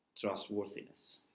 trustworthiness